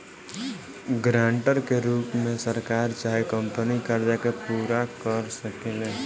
guarantor के रूप में सरकार चाहे कंपनी कर्जा के पूरा कर सकेले